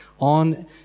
on